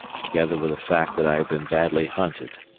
together with the fact that i had been badly hunted.